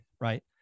right